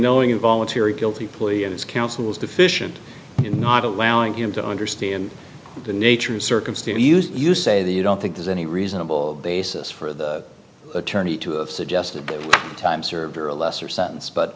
knowing involuntary guilty plea in his counsel's deficient in not allowing him to understand the nature of circumstance you say that you don't think there's any reasonable basis for the attorney to have suggested time served or a lesser sentence but